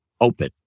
open